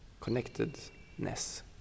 connectedness